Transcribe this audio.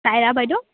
চাইৰা বাইদেউ